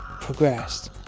progressed